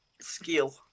Skill